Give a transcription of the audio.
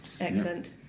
Excellent